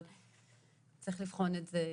אבל זה מצריך בחינה.